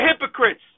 hypocrites